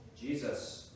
Jesus